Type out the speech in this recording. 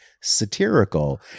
satirical